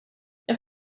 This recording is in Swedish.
jag